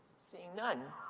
seeing none.